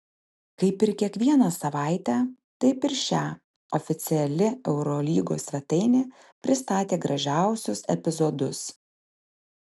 kaip ir kiekvieną savaitę taip ir šią oficiali eurolygos svetainė pristatė gražiausius epizodus